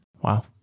Wow